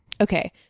Okay